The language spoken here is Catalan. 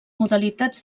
modalitats